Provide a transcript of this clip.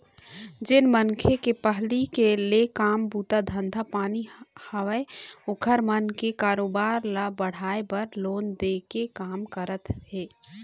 जेन मनखे के पहिली ले काम बूता धंधा पानी हवय ओखर मन के कारोबार ल बढ़ाय बर लोन दे के काम करत हे